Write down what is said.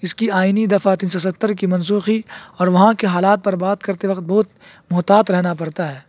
اس کی آئینی دفعہ تین سو ستر کی منسوخی اور وہاں کے حالات پر بات کرتے وقت بہت محتاط رہنا پڑتا ہے